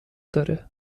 داره